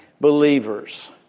believers